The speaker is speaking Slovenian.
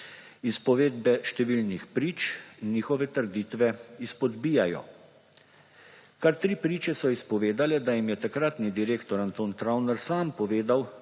Izpovedbe številnih prič njihove trditve izpodbijajo. Kar tri priče so izpovedale, da jim je takratni direktor Anton Travner sam povedal,